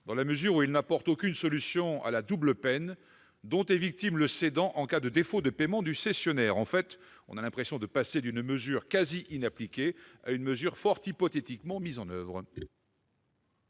dans la mesure où il n'apporte aucune solution à la double peine dont est victime le cédant en cas de défaut de paiement du cessionnaire. Nous avons le sentiment de passer, en fait, d'une mesure quasi inappliquée à une mesure fort hypothétiquement mise en oeuvre